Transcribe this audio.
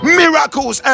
miracles